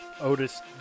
Otis